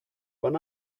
when